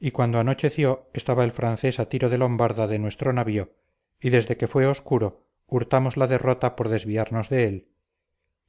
y cuando anocheció estaba el francés a tiro de lombarda de nuestro navío y desde que fue obscuro hurtamos la derrota por desviarnos de él